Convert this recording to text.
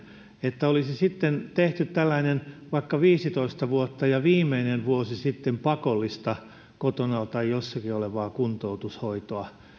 että olisi sitten tehty tällainen että on vaikka viisitoista vuotta ja viimeinen vuosi sitten pakollista kotona tai jossakin olevaa kuntoutushoitoa